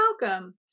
welcome